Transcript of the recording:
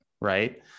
Right